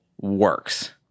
works